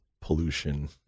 pollution